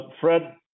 Fred